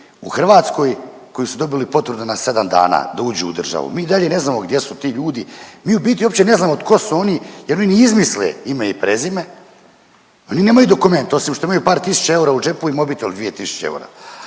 u Hrvatskoj koji su dobili potvrdu na 7 dana da uđu u državu? Mi i dalje ne znamo gdje su ti ljudi, mi u biti uopće ne znamo tko su oni jer oni izmisle ime i prezime, oni nemaju dokument, osim što imaju par tisuća eura i mobitel od 2 tisuće eura.